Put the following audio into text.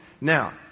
Now